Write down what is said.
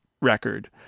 record